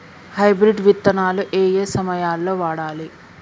Hybrid విత్తనాలు ఏయే సమయాల్లో వాడాలి?